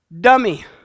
dummy